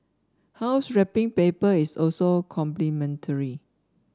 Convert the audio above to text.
house wrapping paper is also complimentary